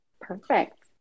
perfect